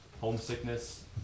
Homesickness